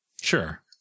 Sure